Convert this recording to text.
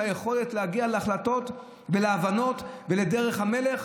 היכולת להגיע להחלטות ולהבנות ולדרך המלך.